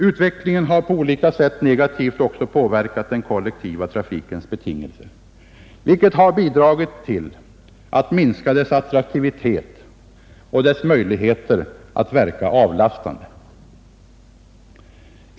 Utvecklingen har på olika sätt negativt påverkat den kollektiva trafikens betingelser, vilket har bidragit till att minska dess attraktivitet och dess möjligheter att verka avlastande.